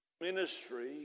ministry